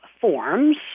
forms